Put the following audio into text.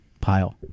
pile